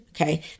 okay